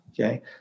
okay